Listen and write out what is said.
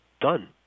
done